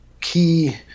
key